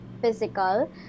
physical